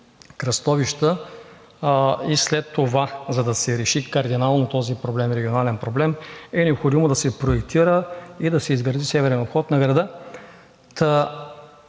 кръстовища и след това, за да се реши кардинално този регионален проблем, е необходимо да се проектира и да се изгради северен обход на града.